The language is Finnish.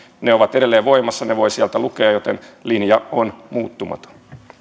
ne ovat edelleen voimassa ne voi sieltä lukea joten linja on muuttumaton